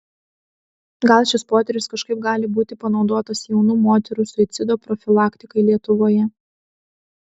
gal šis potyris kažkaip gali būti panaudotas jaunų moterų suicido profilaktikai lietuvoje